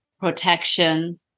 protection